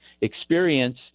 experience